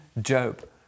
Job